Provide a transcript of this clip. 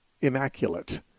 immaculate